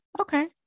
Okay